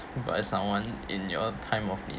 by someone in your time of need